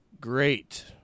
great